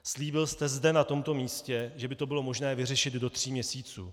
Slíbil jste zde na tomto místě, že by to bylo možné vyřešit do tří měsíců.